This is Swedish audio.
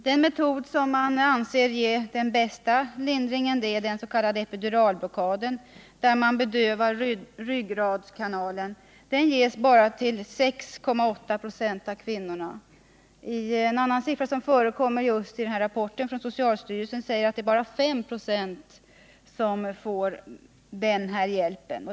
Den metod som anses ge den bästa smärtlindringen, den s.k. epiduralblockaden, där man bedövar ryggradskanalen, ges bara till 6,8 96 av kvinnorna. En annan siffra, som förekommer i socialstyrelsens rapport, säger att bara 5 76 får den hjälpen.